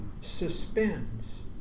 suspends